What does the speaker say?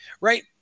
right